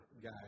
guy